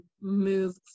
move